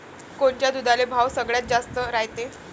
कोनच्या दुधाले भाव सगळ्यात जास्त रायते?